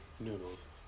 Noodles